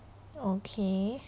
okay